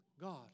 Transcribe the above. God